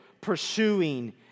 pursuing